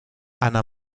ana